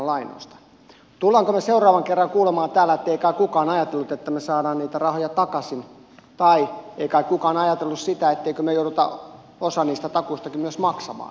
tulemmeko me seuraavan kerran kuulemaan täällä että ei kai kukaan ajatellut että me saamme niitä rahoja takaisin tai ei kai kukaan ajatellut ettemmekö me joudu osaa niistä takuista myös maksamaan